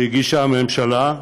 שהגישה הממשלה,